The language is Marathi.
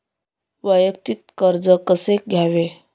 वैयक्तिक कर्ज कसे घ्यावे?